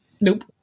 Nope